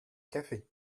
café